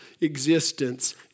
existence